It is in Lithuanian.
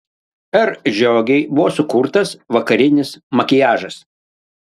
r žiogei buvo sukurtas vakarinis makiažas